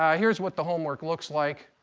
ah here's what the homework looks like.